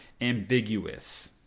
ambiguous